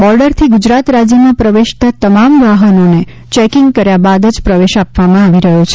બોર્ડરથી ગુજરાત રાજ્યમાં પ્રવેશતા તમામ વાહનોને ચેકીંગ કર્યા બાદ જ પ્રવેશ આપવામાં આવી રહ્યો છે